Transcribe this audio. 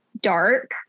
dark